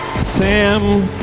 sam